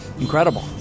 incredible